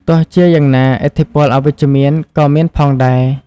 ទោះជាយ៉ាងណា ឥទ្ធិពលអវិជ្ជមានក៏មានផងដែរ។